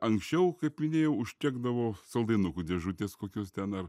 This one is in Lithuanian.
anksčiau kaip minėjau užtekdavo saldainukų dėžutės kokios ten ar